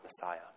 Messiah